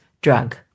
drug